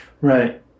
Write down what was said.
Right